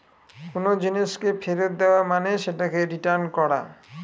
কোনো জিনিসকে ফেরত দেওয়া মানে সেটাকে রিটার্ন করা